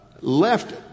left